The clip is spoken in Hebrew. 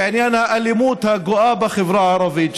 בעניין האלימות הגואה בחברה הערבית,